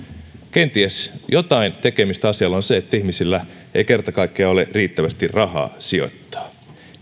kenties jotain tekemistä asialla on sen kanssa että ihmisillä ei kerta kaikkiaan ole riittävästi rahaa sijoittaa